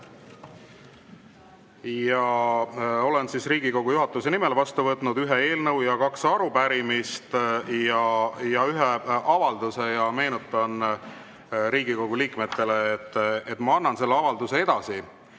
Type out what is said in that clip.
Olen Riigikogu juhatuse nimel vastu võtnud ühe eelnõu, kaks arupärimist ja ühe avalduse. Meenutan Riigikogu liikmetele, et ma annan selle avalduse küll